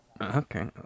Okay